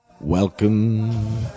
welcome